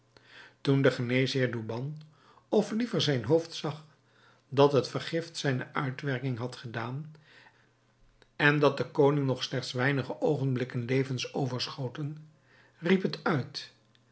toen de geneesheer douban of liever zijn hoofd zag dat het vergift zijne uitwerking had gedaan en dat den koning nog slechts weinige oogenblikken levens overschoten riep het uit